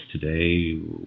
today